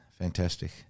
Fantastic